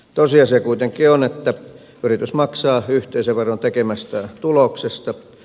tosiasia kuitenkin on että yritys maksaa yhteisöveron tekemästään tuloksesta